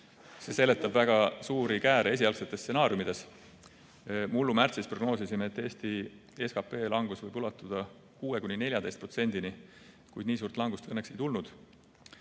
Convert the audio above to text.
See seletab väga suuri kääre esialgsetes stsenaariumides. Mullu märtsis prognoosisime, et Eesti SKP langus võib ulatuda 6–14%-ni, kuid nii suurt langust õnneks ei tulnud.